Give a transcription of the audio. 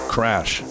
Crash